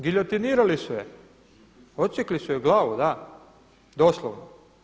Giljotinirali su je, odsjekli su joj glavu, da, doslovno.